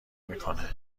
میکنه